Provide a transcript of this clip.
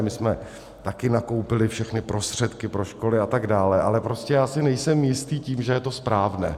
My jsme taky nakoupili všechny prostředky pro školy atd., ale já si nejsem jist tím, že je to správné.